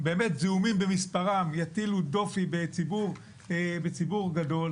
זעומים במספרם, שיטילו דופי בציבור גדול.